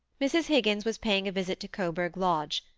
mrs. higgins was paying a visit to coburg lodge,